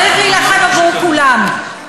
צריך להילחם עבור כולם.